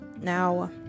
now